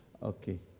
Okay